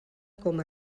com